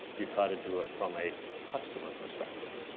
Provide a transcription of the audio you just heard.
you try to do it from a customer perspective.